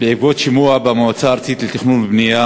בעקבות שימוע במועצה הארצית לתכנון ובנייה